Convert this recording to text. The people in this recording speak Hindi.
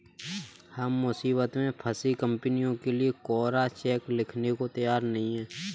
हम मुसीबत में फंसी कंपनियों के लिए कोरा चेक लिखने को तैयार नहीं हैं